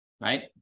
right